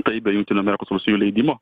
tai be jungtinių amerikos valstijų leidimo